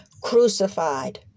crucified